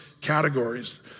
categories